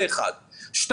זה אחת.